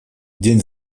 день